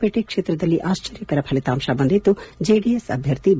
ಪೇಟೆ ಕ್ಷೇತ್ರದಲ್ಲಿ ಆಶ್ವರ್ಯಕರ ಫಲಿತಾಂಶ ಬಂದಿದ್ದು ಜೆಡಿಎಸ್ ಅಭ್ಯರ್ಥಿ ಬಿ